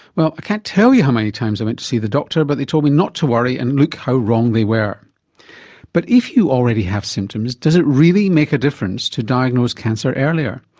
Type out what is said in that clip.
well, i can't tell you how many times i went to see the doctor but they told me not to worry, and look how wrong they but if you already have symptoms does it really make a difference to diagnose cancer earlier?